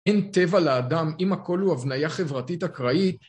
אין טבע לאדם אם הכל הוא הבנייה חברתית אקראית.